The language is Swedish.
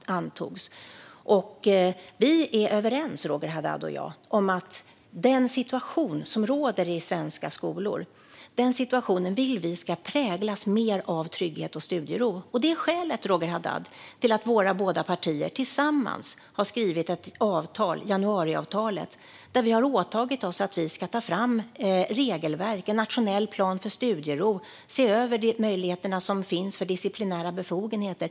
Roger Haddad och jag är överens om att den situation som råder i svenska skolor ska präglas mer av trygghet och studiero. Det är skälet, Roger Haddad, till att våra båda partier tillsammans har skrivit ett avtal, januariavtalet, där vi har åtagit oss att ta fram regelverk, en nationell plan för studiero och se över de möjligheter som finns för disciplinära befogenheter.